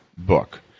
book